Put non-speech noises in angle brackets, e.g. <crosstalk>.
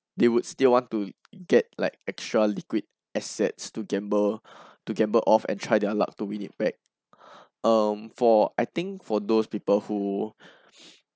they would still want to get like extra liquid assets to gamble <breath> to gamble off and try their luck to win it back <breath> um for I think for those people who <breath>